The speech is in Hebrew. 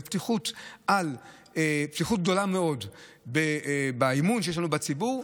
בפתיחות גדולה מאוד באמון שיש לנו בציבור,